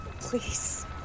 please